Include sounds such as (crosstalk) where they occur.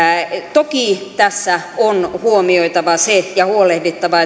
toki tässä on huomioitava se ja huolehdittava (unintelligible)